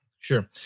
Sure